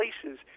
places